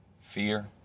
Fear